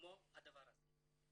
כמו הדבר הזה.